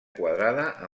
quadrada